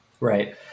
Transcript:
Right